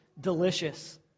delicious